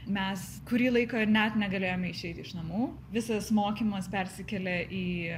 mes kurį laiką net negalėjome išeiti iš namų visas mokymas persikėlė į